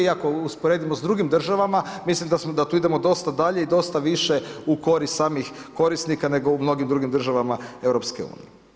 I ako usporedimo sa drugim državama mislim da tu idemo dosta dalje i dosta više u korist samih korisnika, nego u mnogim drugim državama EU.